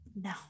no